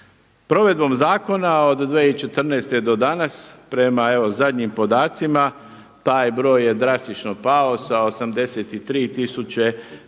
Provedbom zakona od 2014. do danas, prema evo zadnjim podacima taj broj je drastično pao sa 83000